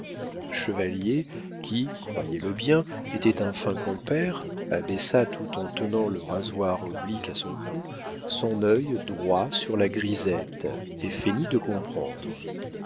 chevalier qui croyez-le bien était un fin compère abaissa tout en tenant le rasoir oblique à son cou son œil droit sur la grisette et feignit de comprendre